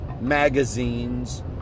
magazines